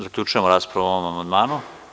Zaključujem raspravu o ovom amandmanu.